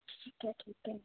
ਠੀਕ ਹੈ ਠੀਕ ਹੈ